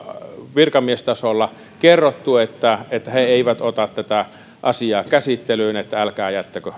virkamiestasolla kerrottu että että he eivät ota tätä asiaa käsittelyyn että älkää jättäkö